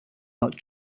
not